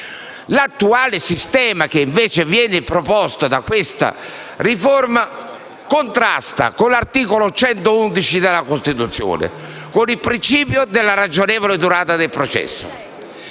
Il sistema che viene proposto da questa riforma contrasta con l'articolo 111 della Costituzione, con il principio della ragionevole durata del processo.